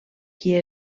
qui